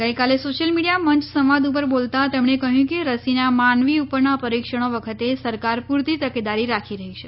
ગઈકાલે social media મંચ સંવાદ ઉપર બોલતા તેમણે કહ્યું કે રસીના માનવી ઉપરના પરીક્ષણો વખતે સરકાર પૂરતી તકેદારી રાખી રહી છે